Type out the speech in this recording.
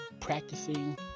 practicing